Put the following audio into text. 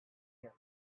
here